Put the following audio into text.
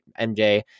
MJ